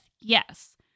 Yes